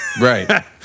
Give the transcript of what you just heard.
Right